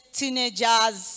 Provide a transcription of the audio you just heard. Teenagers